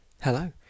Hello